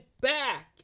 back